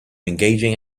engaging